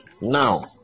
Now